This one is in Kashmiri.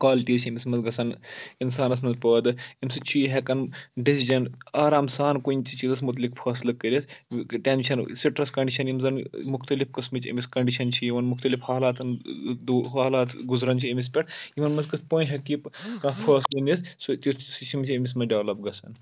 کالٹیٖز چھِ أمِس منٛز گژھان اِنسانَس منٛز پٲدٕ امہِ سۭتۍ چھُ یہِ ہیٚکان ڈیٚسجَن آرام سان کُنہِ تہِ چیٖزَس مُتعلِق فٲصلہٕ کٔرِتھ ٹؠنشَن سِٹرَس کَنڈِشَن یِم زَن مُختٔلِف قٕسمٕچ أمِس کَنڈِشَن چھِ یِوان مُختٔلِف حالاتَن حالات گُزران چھِ أمِس پؠٹھ یِمَن منٛز کِتھ پٲٹھۍ ہیٚکہِ یہِ کانٛہہ فٲصلہٕ نِتھ سُہ تیُتھ سُہ چھُ أمِس منٛز ڈیٚولَپ گژھان